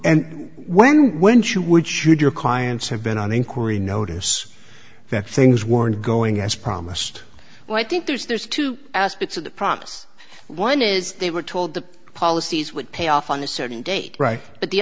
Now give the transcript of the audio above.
and when when she would should your clients have been on inquiry notice that things weren't going as promised well i think there's there's two aspects of the promise one is they were told the policies would pay off on a certain date right but the